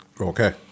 Okay